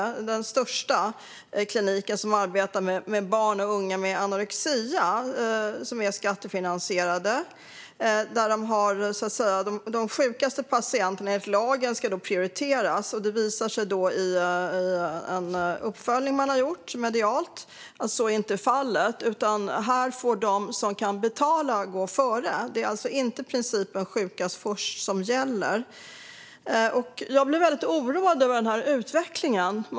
Det är den största kliniken som arbetar med barn och unga med anorexi, och den är skattefinansierad. Enligt lagen ska de sjukaste patienterna prioriteras. I en uppföljning som gjorts medialt har det dock visat sig att så inte är fallet, utan det är de som kan betala som får gå före. Det är alltså inte principen sjukast först som gäller. Jag måste säga att jag är väldigt oroad över denna utveckling.